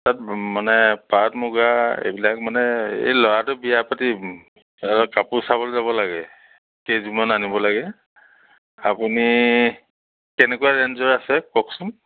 তাত মানে পাট মূগা এইবিলাক মানে এই ল'ৰাটো বিয়া পাতিম কাপোৰ চাব যাব লাগে কেইযোৰমান আনিব লাগে আপুনি কেনেকুৱা ৰেইঞ্জৰ আছে কওকচোন